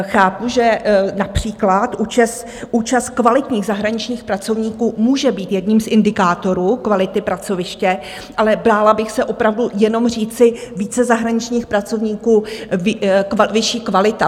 Chápu, že například účast kvalitních zahraničních pracovníků může být jedním z indikátorů kvality pracoviště, ale bála bych se opravdu jenom říci více zahraničních pracovníků vyšší kvalita.